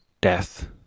death